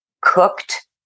Cooked